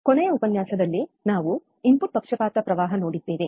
ಕೊನೆಯ ಉಪನ್ಯಾಸದಲ್ಲಿ ನಾವು ಇನ್ಪುಟ್ ಪಕ್ಷಪಾತ ಪ್ರವಾಹ ನೋಡಿದ್ದೇವೆ